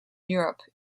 europe